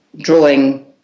drawing